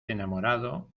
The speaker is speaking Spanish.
enamorado